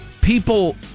people